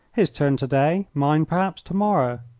his turn to-day mine, perhaps, to-morrow.